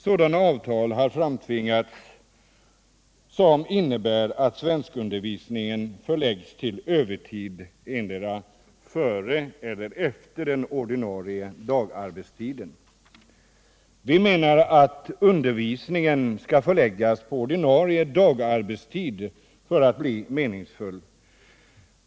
Sådana avtal har framtvingats som innebär att svenskundervisningen förläggs till övertid — endera före eller efter den ordinarie dagarbetstiden. Vi menar att undervisningen skall förläggas på ordinarie dagarbetstid för att bli meningsfull.